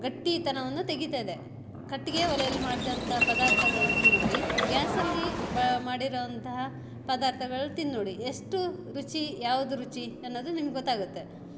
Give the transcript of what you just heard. ಗಟ್ಟಿ ತನವನ್ನು ತೆಗಿತದೆ ಕಟ್ಟಿಗೆ ಒಲೆಯಲ್ಲಿ ಮಾಡಿದಂತ ಪದಾರ್ಥಗಳು ತಿಂದುನೋಡಿ ಗ್ಯಾಸಲ್ಲಿ ಬಾ ಮಾಡಿರೋ ಅಂತಹ ಪದಾರ್ಥಗಳು ತಿಂದುನೋಡಿ ಎಷ್ಟು ರುಚಿ ಯಾವ್ದು ರುಚಿ ಅನ್ನೋದು ನಿಮ್ಗೆ ಗೊತ್ತಾಗುತ್ತೆ